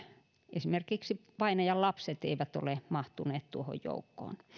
esimerkiksi vainajan lapset eivät ole mahtuneet tuohon joukkoon